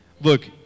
Look